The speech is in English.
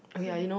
so